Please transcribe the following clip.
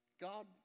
God